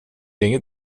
inget